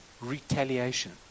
retaliation